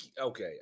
okay